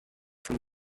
from